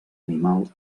animal